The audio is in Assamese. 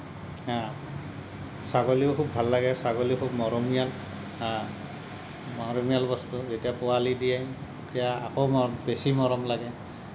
হা ছাগলীও খুব ভাল লাগে ছাগলী খুব মৰমীয়াল হা মৰমীয়াল বস্তু যেতিয়া পোৱালী দিয়ে তেতিয়া আকৌমৰম বেছি মৰম লাগে